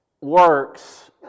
works